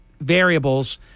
variables